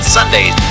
Sundays